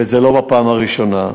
וזה לא בפעם הראשונה.